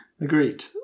Agreed